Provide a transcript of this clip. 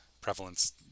prevalence